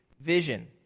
vision